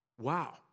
Wow